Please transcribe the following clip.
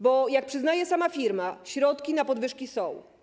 Bo jak przyznaje sama firma, środki na podwyżki są.